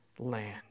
Land